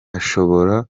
ashobora